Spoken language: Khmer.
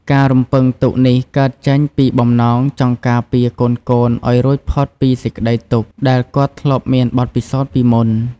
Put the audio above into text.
ការរំពឹងទុកនេះកើតចេញពីបំណងចង់ការពារកូនៗឲ្យរួចផុតពីសេចក្តីទុក្ខ ដែលគាត់ធ្លាប់មានបទពិសោធន៍ពីមុន។